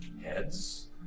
heads